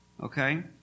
Okay